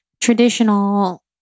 traditional